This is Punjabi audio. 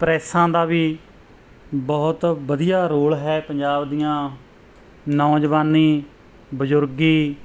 ਪ੍ਰੈਸਾਂ ਦਾ ਵੀ ਬਹੁਤ ਵਧੀਆ ਰੋਲ ਹੈ ਪੰਜਾਬ ਦੀਆਂ ਨੌਜਵਾਨੀ ਬਜ਼ੁਰਗੀ